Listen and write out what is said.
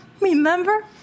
remember